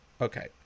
Okay